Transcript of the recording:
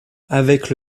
avec